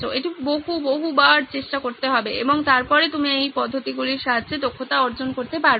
এটি বহু বহুবার চেষ্টা করতে হবে এবং তারপরে আপনি এই পদ্ধতিগুলির সাহায্যে দক্ষতা অর্জন করতে পারবেন